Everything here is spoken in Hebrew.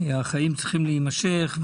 החיים צריכים להימשך.